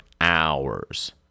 hours